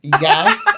Yes